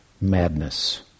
madness